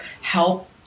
help